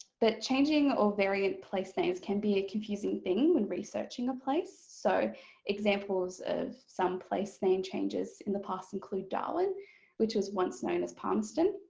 but changing or variant placenames can be a confusing thing when researching a place so examples of some placename changes in the past include darwin which was once known as palmerston,